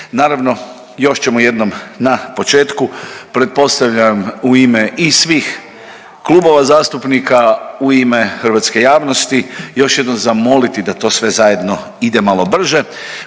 naravno još ćemo jednom na početku pretpostavljam u ime i svih klubova zastupnika u ime hrvatske javnosti još jednom zamoliti da to sve zajedno ide malo brže,